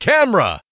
Camera